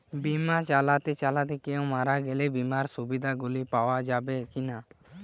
বিমা চালাতে চালাতে কেও মারা গেলে বিমার সুবিধা গুলি পাওয়া যাবে কি না?